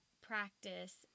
practice